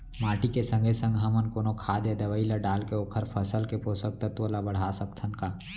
माटी के संगे संग हमन कोनो खाद या दवई ल डालके ओखर फसल के पोषकतत्त्व ल बढ़ा सकथन का?